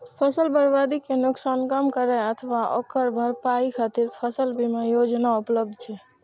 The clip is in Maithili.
फसल बर्बादी के नुकसान कम करै अथवा ओकर भरपाई खातिर फसल बीमा योजना उपलब्ध छै